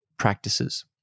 Practices